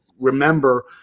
remember